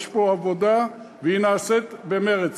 יש פה עבודה, והיא נעשית במרץ.